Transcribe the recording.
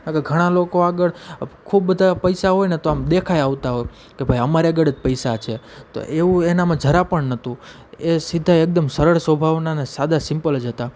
નહીંતર ઘણા લોકો આગળ ખૂબ બધા પૈસા હોયને તો આમ દેખાઈ આવતા હોય કે ભાઈ અમારી આગળ જ પૈસા છે તો એવું એનામાં જરા પણ નહોતું એ સીધા એકદમ સરળ સ્વભાવના અને સાદા સિમ્પલ જ હતા